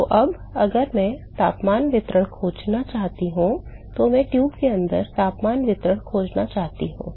तो अब अगर मैं तापमान वितरण खोजना चाहता हूं तो मैं ट्यूब के अंदर तापमान वितरण खोजना चाहता हूं